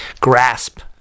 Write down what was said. grasp